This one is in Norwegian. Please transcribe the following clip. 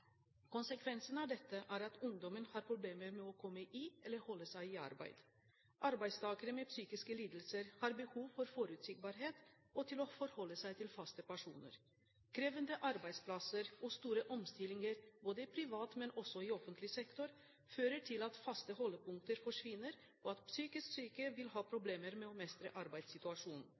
Konsekvensen av dette er at ungdommen har problemer med å komme i, eller holde seg i, arbeid. Arbeidstakere med psykiske lidelser har behov for forutsigbarhet og for å forholde seg til faste personer. Krevende arbeidsplasser og store omstillinger både i privat og i offentlig sektor fører til at faste holdepunkter forsvinner, og at psykisk syke vil ha problemer med å mestre arbeidssituasjonen.